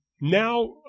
Now